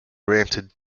granted